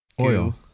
oil